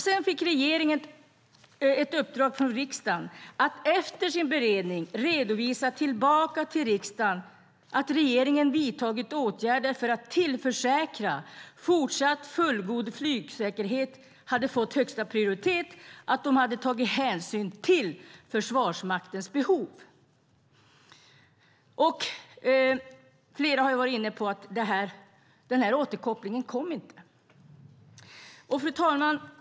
Sedan fick regeringen ett uppdrag från riksdagen att efter sin beredning redovisa för riksdagen att regeringen vidtagit åtgärder för att tillförsäkra att fortsatt fullgod flygsäkerhet hade fått högsta prioritet och att de hade tagit hänsyn till Försvarsmaktens behov. Flera har varit inne på att den återkopplingen inte kom. Fru talman!